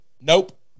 nope